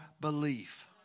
belief